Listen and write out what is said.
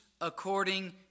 according